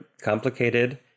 complicated